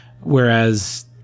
Whereas